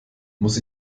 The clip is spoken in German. muss